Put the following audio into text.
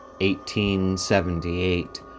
1878